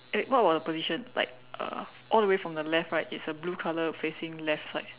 eh what about the position like uh all the way from the left right it's a blue color facing left side